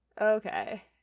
Okay